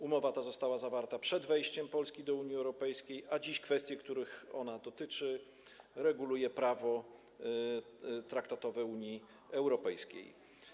Umowa ta została zawarta przed wejściem Polski do Unii Europejskiej, a dziś kwestie, których ona dotyczy, reguluje prawo traktatowe Unii Europejskiej.